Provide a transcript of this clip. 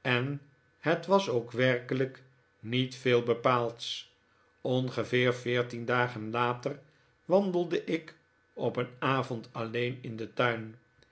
en het was ook werkelijk niet veel bepaalds ongeveer veertien dagen later wandelde ik op een avond alleen in den tuin